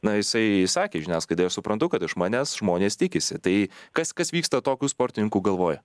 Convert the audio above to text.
na jisai sakė žiniasklaidai aš suprantu kad iš manęs žmonės tikisi tai kas kas vyksta tokių sportininkų galvoj